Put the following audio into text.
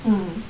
mm